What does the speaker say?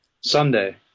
Sunday